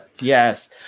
Yes